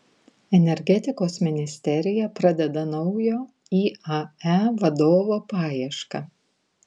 energetikos ministerija pradeda naujo iae vadovo paiešką